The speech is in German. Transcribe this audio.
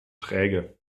träge